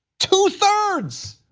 two thirds.